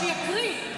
שיקריא.